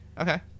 Okay